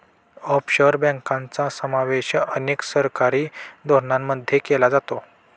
offshore बँकांचा समावेश अनेक सरकारी धोरणांमध्ये केला जातो